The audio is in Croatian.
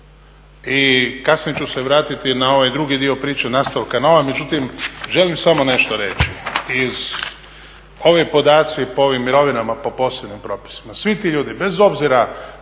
i kasnije ću se vratiti na ovaj drugi dio priče …, međutim želim samo nešto reći. Ovi podaci po ovim mirovinama po posebnim propisima, svi ti ljudi bez obzira